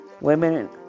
women